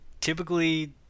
typically